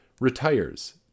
retires